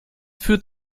führt